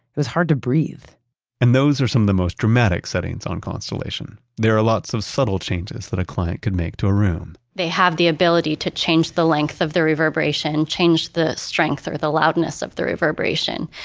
it was hard to breathe and those are some of the most dramatic settings on constellation. there are lots of subtle changes that a client could make to a room they have the ability to change the length of the reverberation, change the strength or the loudness of the reverberation,